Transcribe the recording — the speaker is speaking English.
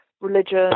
religion